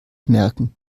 merken